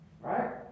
Right